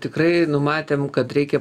tikrai numatėm kad reikia